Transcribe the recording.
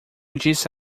disse